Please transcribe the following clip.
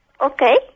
Okay